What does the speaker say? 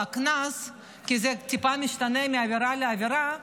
הקנס כי זה טיפה משתנה מעבירה לעבירה,